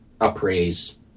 appraise